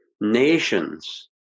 nations